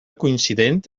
coincident